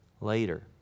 later